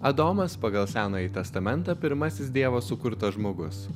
adomas pagal senąjį testamentą pirmasis dievo sukurtas žmogus